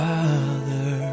Father